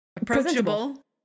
approachable